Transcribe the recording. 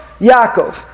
Yaakov